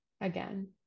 again